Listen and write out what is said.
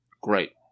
great